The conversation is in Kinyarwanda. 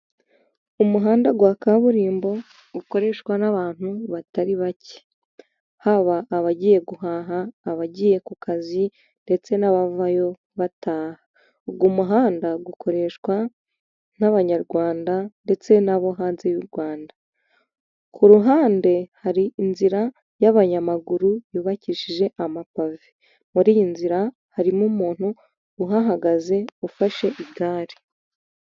Umuhanda wa kaburimbo ukoreshwa n'abantu batari bake, haba abagiye guhaha abagiye ku kazi ndetse n'abavayo bataha. Ubwo umuhanda ukoreshwa n'abanyarwanda ndetse n'abo hanze y'u Rwanda ku ruhande hari inzira y'abanyamaguru yubakishije amapave. Muri iyi nzira harimo umuntu uhagaze ufashe igare.